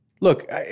Look